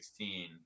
2016